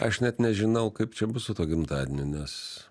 aš net nežinau kaip čia bus su tuo gimtadieniu nes